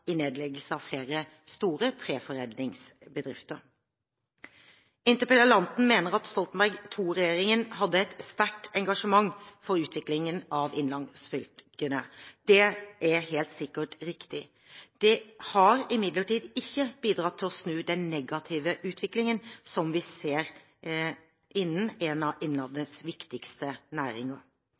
i nedleggelse av flere store treforedlingsbedrifter. Interpellanten mener at Stoltenberg II-regjeringen «hadde et sterkt engasjement for utvikling av innlandsfylkene». Det er helt sikkert riktig. Det har imidlertid ikke bidratt til å snu den negative utviklingen vi ser innen en av Innlandets viktigste næringer.